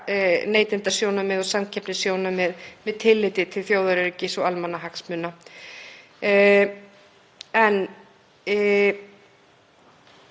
neytendasjónarmið og samkeppnissjónarmið með tilliti til þjóðaröryggis og almannahagsmuna. Ég